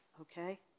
okay